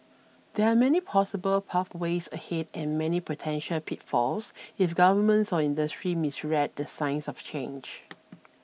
there are many possible pathways ahead and many potential pitfalls if governments or industry misread the signs of change